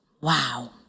Wow